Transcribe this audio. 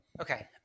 Okay